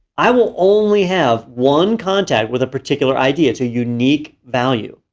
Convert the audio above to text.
i will only have one contact with a particular id. it's a unique value.